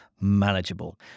manageable